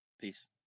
peace